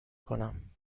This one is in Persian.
کنم